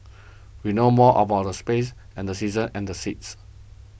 we know more about the space and the seasons and the seas